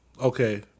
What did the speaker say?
okay